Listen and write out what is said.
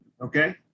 Okay